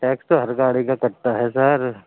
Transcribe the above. tax تو ہر گاڑی کا کٹتا ہے سر